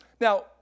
Now